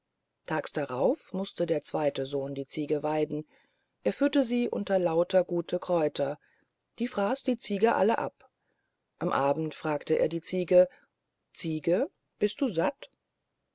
tags darauf mußte der zweite sohn die ziege weiden er führte sie unter lauter gute kräuter die fraß die ziege alle ab am abend fragte er ziege bist du satt